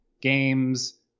games